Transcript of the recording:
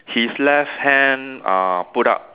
his left hand uh put up